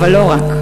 אבל לא רק.